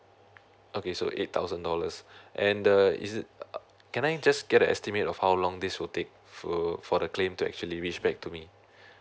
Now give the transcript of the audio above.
okay so eight thousand dollars and the is it uh can I just get the estimate of how long this will take for for the claim to actually reach back to me